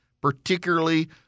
particularly